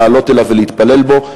לעלות אליו ולהתפלל בו.